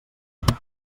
fet